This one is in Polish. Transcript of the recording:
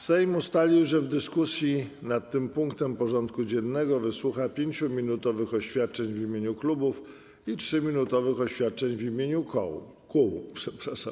Sejm ustalił, że w dyskusji nad tym punktem porządku dziennego wysłucha 5-minutowych oświadczeń w imieniu klubów i 3-minutowych oświadczeń w imieniu kół.